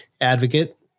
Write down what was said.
advocate